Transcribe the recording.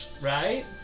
right